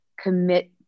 commit